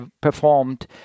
performed